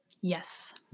Yes